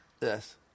Yes